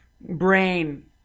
brain